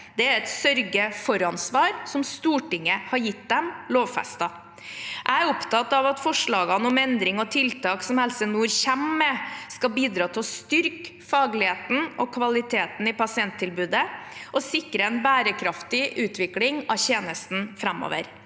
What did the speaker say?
Det er et sørge-for-ansvar som Stortinget har gitt dem, lovfestet. Jeg er opptatt av at forslagene om endringer og tiltak som Helse Nord kommer med, skal bidra til å styrke fagligheten og kvaliteten i pasienttilbudet og sikre en bærekraftig utvikling av tjenesten framover.